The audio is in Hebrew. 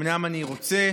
אומנם אני רוצה,